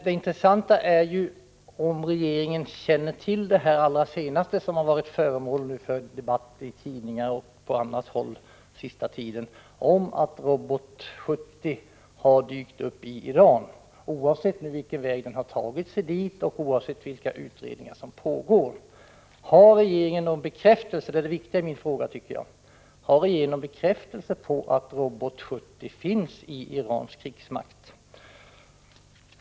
Det intressanta är om regeringen känner till det allra senaste som varit föremål för debatt i tidningar och på annat håll den sista tiden om att Robot 70 har dykt upp i Iran — oavsett vilken väg den nu har tagits dit och oavsett vilka utredningar som pågår. Det viktiga i min fråga är: Har regeringen någon bekräftelse på att Robot 70 finns i Irans krigsmakt?